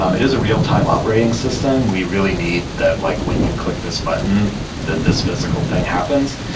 um it is a real-time operating system. we really need that like when you click this button that this physical thing happens.